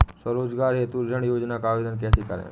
स्वरोजगार हेतु ऋण योजना का आवेदन कैसे करें?